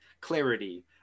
clarity